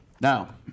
Now